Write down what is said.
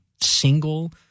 single